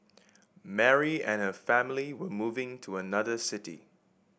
Mary and her family were moving to another city